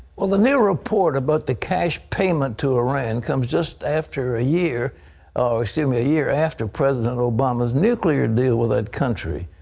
well, the new report about the cash payment to iran comes just after a year excuse so me, a year after president obama's nuclear deal with that country,